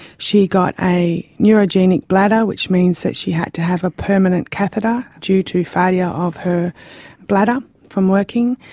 she got a neurogenic bladder, which means that she had to have a permanent catheter due to failure of her bladder from working.